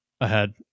ahead